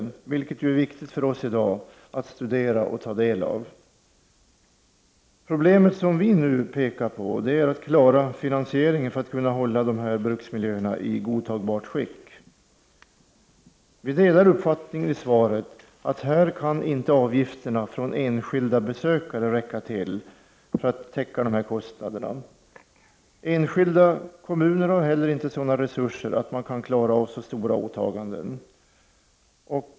Det är viktigt för oss i dag att studera och ta del av dem. Det problem som vi nu pekar på är att klara finansieringen för att kunna hålla de här bruksmiljöerna i godtagbart skick. Vi delar uppfattningen i svaret att avgifterna från enskilda besökare inte räcker till för att täcka kostnaderna. Enskilda kommuner har vidare inte sådana resurser att de klarar av så stora åtaganden.